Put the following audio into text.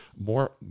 more